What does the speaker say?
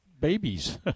babies